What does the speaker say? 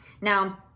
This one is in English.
Now